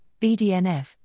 BDNF